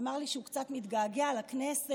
אמר לי שהוא קצת מתגעגע לכנסת,